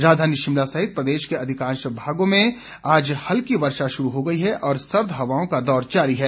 राजधानी शिमला सहित प्रदेश के अधिकांश भागों में आज हल्की वर्षा शुरू हो गई है और सर्द हवाओं का दौर जारी है